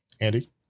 Andy